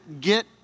get